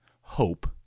Hope